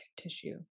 tissue